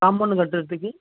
compound கட்டுறதுக்கு